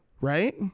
right